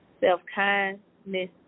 self-kindness